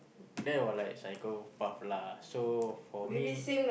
that was like psychopath lah so for me